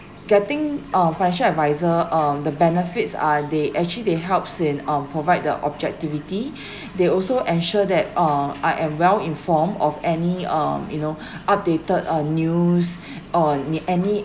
getting a financial adviser um the benefits are they actually they helps in on provide the objectivity they also ensure that uh I am well informed of any um you know updated uh news on uh any